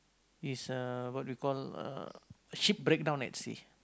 is uh what we call uh ship breakdown at sea